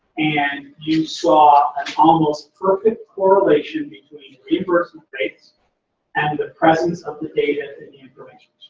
and you saw an almost perfect correlation between reimbursement rates and the presence of the data in the information